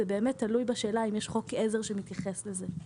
זה באמת תלוי בשאלה אם יש חוק עזר שמתייחס לזה.